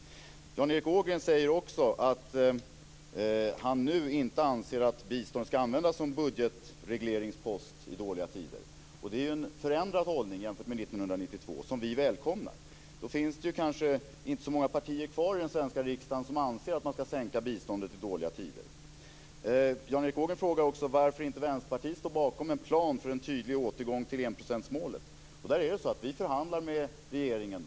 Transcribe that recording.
Jan Erik Ågren säger också att han nu inte anser att bistånd ska användas som budgetregleringspost i dåliga tider. Det är en förändrad hållning jämfört med 1992 som vi välkomnar. Då finns det kanske inte så många partier kvar i Sveriges riksdag som anser att man bör sänka biståndet i dåliga tider. Jan Erik Ågren frågade också varför Vänsterpartiet inte står bakom en plan för en tydlig återgång till enprocentsmålet. Vi förhandlar med regeringen.